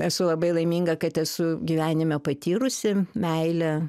esu labai laiminga kad esu gyvenime patyrusi meilę